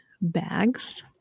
bags